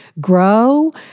grow